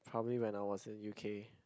probably when I was in U_K